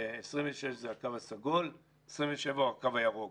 2026 זה הקו הסגול, 2027 הוא הקו הירוק.